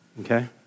Okay